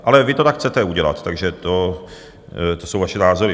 Ale vy to tak chcete udělat, takže to jsou vaše názory.